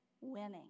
Winning